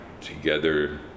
together